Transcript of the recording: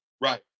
Right